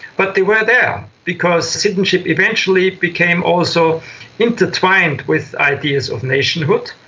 but they were there because citizenship eventually became also intertwined with ideas of nationhood,